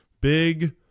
big